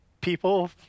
people